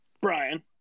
Brian